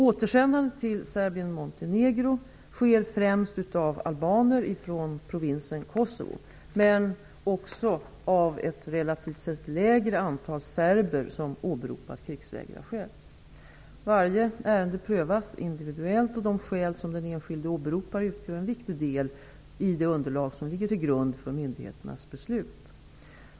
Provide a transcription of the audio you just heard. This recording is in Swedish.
Återsändande till Serbien-Montenegro sker främst av albaner från provinsen Kosovo men också av ett relativt sett lägre antal serber som åberopat krigsvägrarskäl. Varje ärende prövas individuellt, och de skäl som den enskilde åberopar utgör en viktig del i det underlag som ligger till grund för myndigheternas beslut.